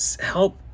help